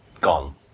gone